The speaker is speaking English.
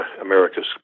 America's